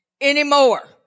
anymore